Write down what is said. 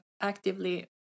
actively